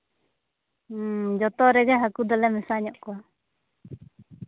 ᱡᱚᱛᱚ ᱨᱮᱜᱮ ᱜᱟᱹᱠᱩ ᱫᱚᱞᱮ ᱢᱮᱥᱟ ᱧᱚᱜ ᱠᱚᱣᱟ